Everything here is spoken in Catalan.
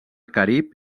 carib